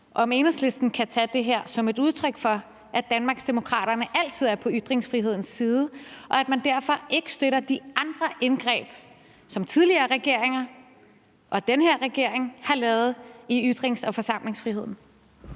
om Enhedslisten kan tage det her som et udtryk for, at Danmarksdemokraterne altid er på ytringsfrihedens side, og at man derfor ikke støtter de andre indgreb, som tidligere regeringer og den her regering har lavet i ytrings- og forsamlingsfriheden.